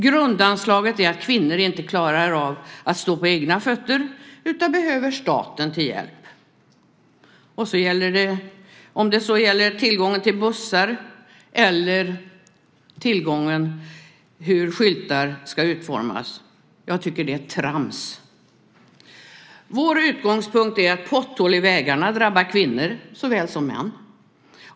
Grundanslaget är att kvinnor inte klarar av att stå på egna fötter utan behöver staten till hjälp om det så gäller tillgången till bussar eller hur skyltar ska utformas. Jag tycker att det är trams. Vår utgångspunkt är att potthål i vägarna drabbar kvinnor såväl som män.